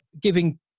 giving